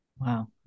Wow